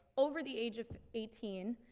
over the age of eighteen,